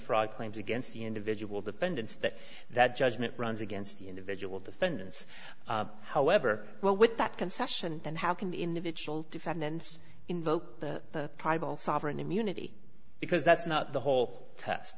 fraud claims against the individual defendants that that judgment runs against the individual defendants however well with that concession then how can the individual defendants invoke the sovereign immunity because that's not the whole test